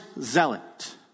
zealot